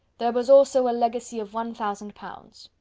there was also a legacy of one thousand pounds.